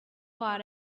far